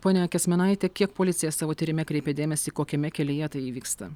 ponia kęsminaite kiek policija savo tyrime kreipia dėmesį kokiame kelyje tai įvyksta